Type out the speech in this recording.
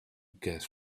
gas